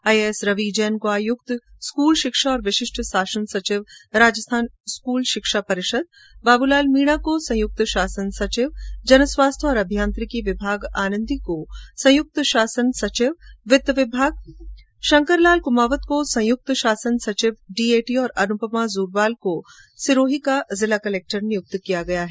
IAS Ravi Jain को आयुक्त school शिक्षा तथा विशिष्ट शासन सचिव राजस्थान स्कूल शिक्षा परिषद बाबूलाल मीणा को संयुक्त शासन सचिव जन स्वास्थ्य और अभियांत्रिकी विभाग आनंदी को संयुक्त शासन सचिव वित्त विभाग शंकर लाल कुमावत को संयुक्त शासन सचिव डीएटी और अनुपमा जोरवाल को सिरोही का जिल कलक्टर नियुक्त किया गया है